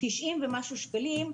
90 ומשהו שקלים,